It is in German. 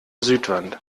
südwand